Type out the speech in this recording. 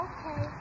Okay